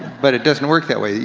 but it doesn't work that way.